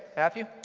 matthew.